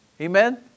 Amen